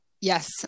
Yes